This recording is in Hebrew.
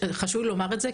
חשוב לי לומר את זה,